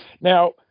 Now